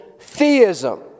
theism